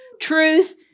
truth